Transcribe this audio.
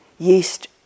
Yeast